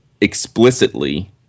explicitly –